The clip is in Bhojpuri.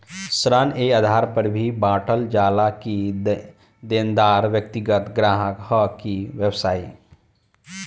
ऋण ए आधार पर भी बॉटल जाला कि देनदार व्यक्ति ग्राहक ह कि व्यवसायी